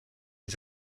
les